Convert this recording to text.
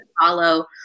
follow